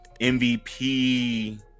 MVP